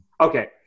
Okay